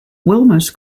wilma’s